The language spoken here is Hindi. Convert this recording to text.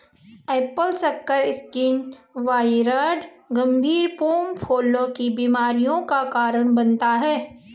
एप्पल स्कार स्किन वाइरॉइड गंभीर पोम फलों की बीमारियों का कारण बनता है